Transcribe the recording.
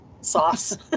sauce